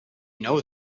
know